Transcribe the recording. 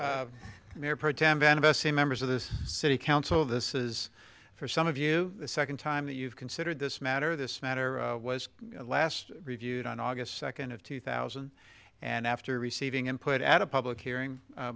c members of the city council this is for some of you the second time that you've considered this matter this matter was last reviewed on august second of two thousand and after receiving input at a public hearing